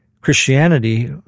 Christianity